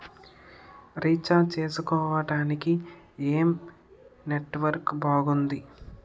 Recharge చేసుకోవటానికి ఏం network బాగుంది?